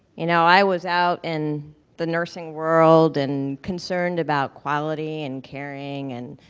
you know, i was out in the nursing world and concerned about quality and caring and,